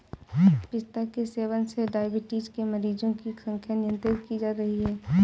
पिस्ता के सेवन से डाइबिटीज के मरीजों की संख्या नियंत्रित की जा रही है